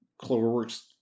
Cloverworks